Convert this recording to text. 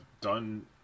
done